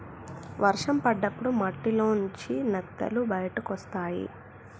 వర్షం పడ్డప్పుడు మట్టిలోంచి నత్తలు బయటకొస్తయ్